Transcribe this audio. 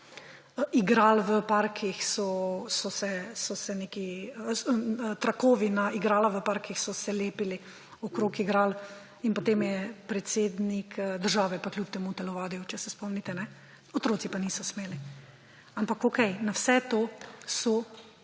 igral v parkih, trakovi na igralih v parkih so se lepili okrog igral in potem je predsednik države pa kljub temu telovadil, če se spomnite, otroci pa niso smeli. Ampak okej, na vse to so